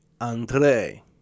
Andre